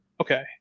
okay